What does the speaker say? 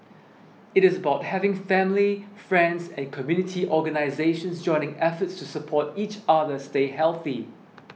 it is about having family friends and community organisations joining efforts to support each other stay healthy